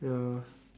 ya